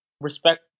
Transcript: respect